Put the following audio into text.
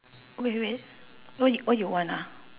wait wait wh~ what you want ah